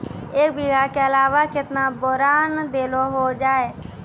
एक बीघा के अलावा केतना बोरान देलो हो जाए?